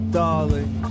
darling